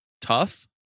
tough